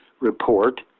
report